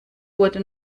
wurde